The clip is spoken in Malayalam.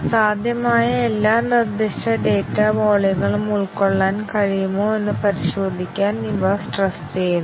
സാധ്യമായ എല്ലാ നിർദ്ദിഷ്ട ഡാറ്റ വോള്യങ്ങളും ഉൾക്കൊള്ളാൻ കഴിയുമോ എന്ന് പരിശോധിക്കാൻ ഇവ സ്ട്രെസ്സ് ചെയ്യുന്നു